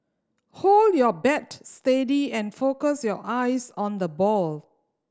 hold your bat steady and focus your eyes on the ball